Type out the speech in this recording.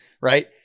Right